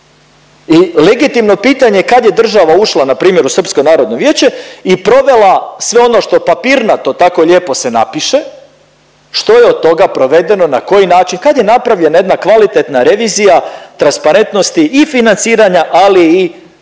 i legitimno pitanje je kad je država ušla npr. u Srpsko narodno vijeće i provela sve ono što papirnato tako lijepo se napiše, što je od toga provedeno, na koji način, kad je napravljena jedna kvalitetna revizija transparentnosti i financiranja, ali i